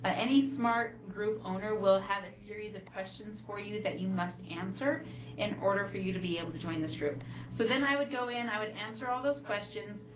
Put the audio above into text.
but any smart group owner will have a series of questions for you that you must answer in order for you to be able to join this group so then i would go in, i would answer all those questions,